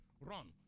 run